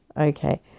Okay